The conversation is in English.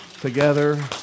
together